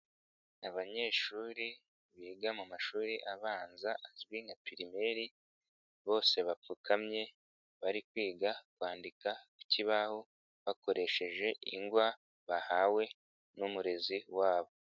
Abanyeshuri biga mu mashuri abanza azwi nka pirimeri bose bapfukamye bari kwiga kwandika ku kibaho bakoresheje ingwa bahawe n'umurezi wabo.